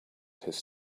his